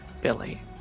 billy